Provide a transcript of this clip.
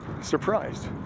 surprised